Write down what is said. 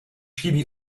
chybí